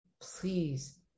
Please